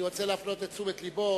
אני רוצה להפנות את תשומת לבו,